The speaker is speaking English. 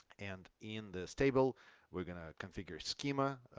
and in this table we're gonna configure schema.